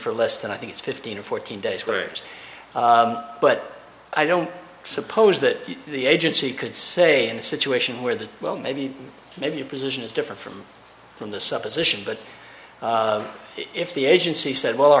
for less than i think it's fifteen or fourteen days players but i don't suppose that the agency could say and situation where the well maybe maybe your position is different from from the supposition but if the agency said well